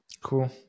cool